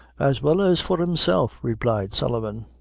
as well as for himself, replied sullivan,